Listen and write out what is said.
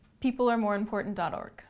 PeopleAreMoreImportant.org